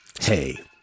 Hey